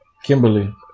Kimberly